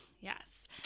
Yes